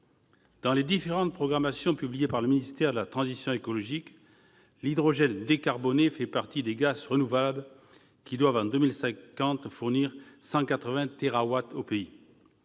Dans les différentes programmations publiées par le ministère de la transition écologique, l'hydrogène décarboné fait partie des gaz renouvelables qui doivent, en 2050, fournir 180 térawatts au pays.